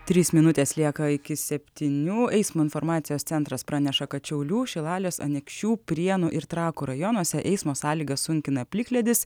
trys minutės lieka iki septynių eismo informacijos centras praneša kad šiaulių šilalės anykščių prienų ir trakų rajonuose eismo sąlygas sunkina plikledis